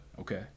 Okay